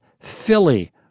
Philly